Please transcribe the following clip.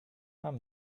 mam